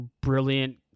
brilliant